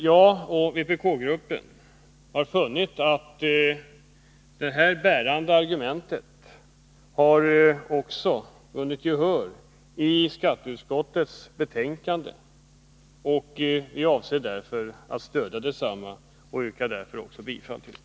Jag och vpk-gruppen har funnit att det bärande argumentet också har vunnit gehör i skatteutskottets betänkande, och vi avser därför att stödja detsamma. Jag yrkar bifall till skatteutskottets hemställan.